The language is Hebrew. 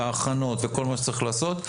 ההכנות וכל מה שצריך לעשות,